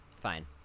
Fine